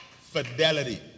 Fidelity